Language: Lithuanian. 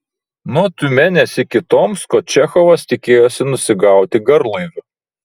nuo tiumenės iki tomsko čechovas tikėjosi nusigauti garlaiviu